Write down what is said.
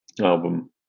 album